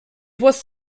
was